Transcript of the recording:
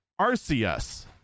RCS